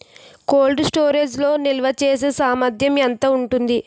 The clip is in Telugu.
కోల్డ్ స్టోరేజ్ లో నిల్వచేసేసామర్థ్యం ఎంత ఉంటుంది?